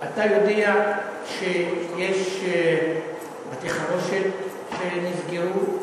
אתה יודע שיש בתי-חרושת שנפגעו?